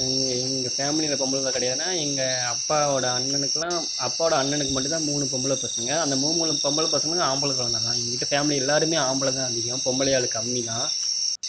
எங்கள் எங்கள் ஃபேமிலியில் பொம்பளை பிள்ளை கிடையாதுன்னா எங்கள் அப்பாவோட அண்ணணுக்கெல்லாம் அப்பாவோட அண்ணனுக்கு மட்டும்தான் மூணு பொம்பளை பசங்கள் அந்த மூணு பொம்பளை பசங்களுக்கும் ஆம்பளை குழந்த தான் எங்கள் வீட்டு ஃபேமிலியில் எல்லாரும் ஆம்பளை தான் அதிகம் பொம்பளை ஆள் கம்மிதான்